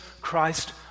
Christ